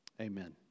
Amen